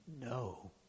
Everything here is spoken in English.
no